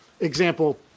example